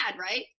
right